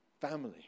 family